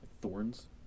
thorns